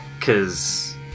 Cause